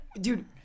Dude